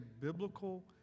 biblical